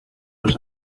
los